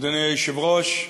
אדוני היושב-ראש,